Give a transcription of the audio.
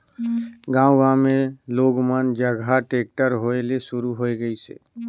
गांव गांव मे लोग मन जघा टेक्टर होय ले सुरू होये गइसे